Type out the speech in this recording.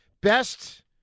Best